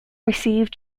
received